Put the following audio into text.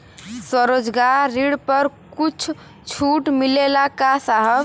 स्वरोजगार ऋण पर कुछ छूट मिलेला का साहब?